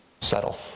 settle